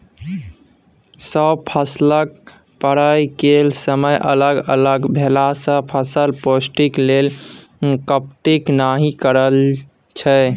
सब फसलक फरय केर समय अलग अलग भेलासँ फसल पौष्टिक लेल कंपीट नहि करय छै